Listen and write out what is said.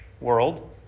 world